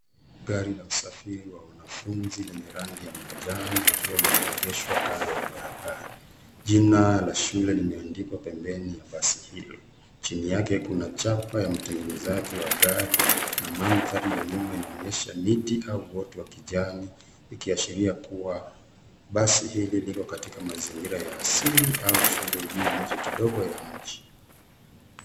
Gari la usafiri wa wanafunzi lenye rangi ya manjano likiwa limeegeshwa kando ya barabara. Jina la shule limeandikwa pembeni ya basi hilo. Chini yake kuna chapa ya mtengenezaji wa gari na mandhari ya nyuma inaonyesha miti au uoto wa kijani, ikiashiria kuwa basi hili liko katika mazingira ya asili au shule iliyo nje kidogo ya mji